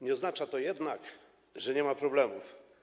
Nie oznacza to jednak, że nie ma problemów.